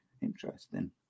Interesting